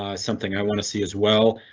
something i want to see as well.